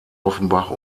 offenbach